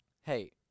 hey